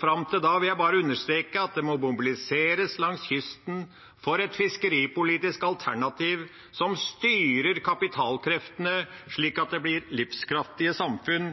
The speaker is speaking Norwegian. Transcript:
Fram til da vil jeg bare understreke at det må mobiliseres langs kysten for et fiskeripolitisk alternativ som styrer kapitalkreftene, slik at det blir livskraftige samfunn